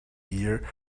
ear